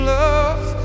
love